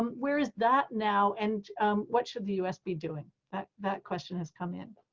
um where is that now, and what should the us be doing? that that question has come in.